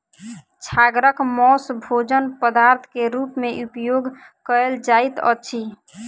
छागरक मौस भोजन पदार्थ के रूप में उपयोग कयल जाइत अछि